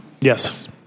Yes